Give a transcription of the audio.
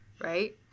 right